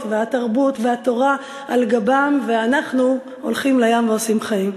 והתרבות והתורה על גבם ואנחנו הולכים לים ועושים חיים.